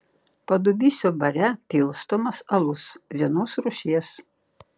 padubysio bare pilstomas alus vienos rūšies